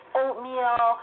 oatmeal